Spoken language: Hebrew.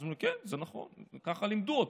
אז הוא אומר: כן, זה נכון, ככה לימדו אותו.